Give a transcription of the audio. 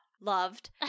loved